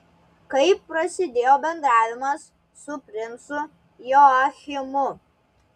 kaip prasidėjo bendravimas su princu joachimu